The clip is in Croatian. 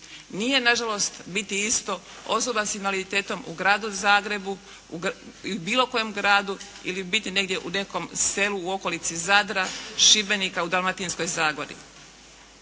Nije nažalost biti isto osoba s invaliditetom u gradu Zagrebu ili bilo kojem gradu ili biti negdje u nekom selu, u okolici Zadra, Šibenika, u Dalmatinskoj zagori.